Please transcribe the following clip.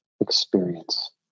experience